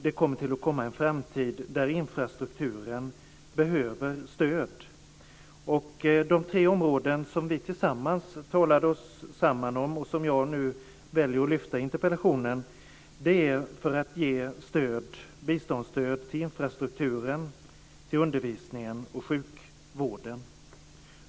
Det kommer att komma en framtid där infrastrukturen behöver stöd. De tre områden som vi har talat oss samman om, och som jag har valt att lyfta fram i interpellationen, gäller biståndsstöd till infrastrukturen, till undervisningen och sjukvården.